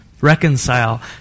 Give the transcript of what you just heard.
Reconcile